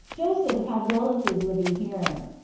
joseph had relatives living here.